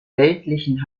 weltlichen